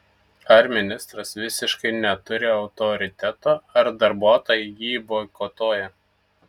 ar ministras visiškai neturi autoriteto ar darbuotojai jį boikotuoja